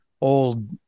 old